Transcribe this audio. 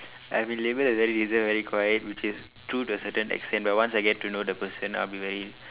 I've been labelled as very reserved very quiet which is true to a certain extent but once I get to know the person I'll be very